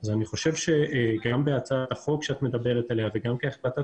אז אני חושב שגם בהצעת החוק שאת מדברת עליה וגם כהחלטת